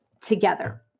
together